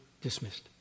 dismissed